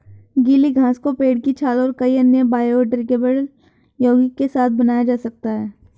गीली घास को पेड़ की छाल और कई अन्य बायोडिग्रेडेबल यौगिक के साथ बनाया जा सकता है